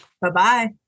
Bye-bye